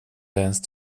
dance